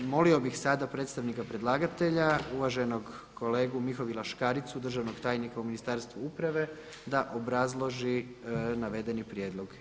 Molio bih sada predstavnika predlagatelja, uvaženog kolegu Mihovila Škaricu, državnog tajnika u Ministarstvu uprave da obrazloži navedeni prijedlog.